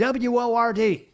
WORD